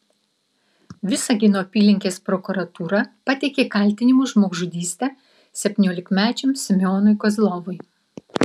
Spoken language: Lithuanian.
visagino apylinkės prokuratūra pateikė kaltinimus žmogžudyste septyniolikmečiam semionui kozlovui